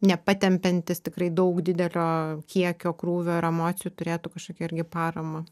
nepatempiantis tikrai daug didelio kiekio krūvio ir emocijų turėtų kažkokią irgi paramą